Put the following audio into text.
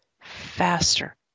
faster